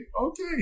okay